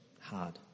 hard